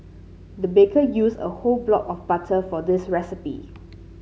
the baker used a whole block of butter for this recipe